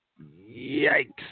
Yikes